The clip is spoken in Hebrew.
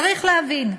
צריך להבין,